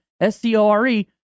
S-C-O-R-E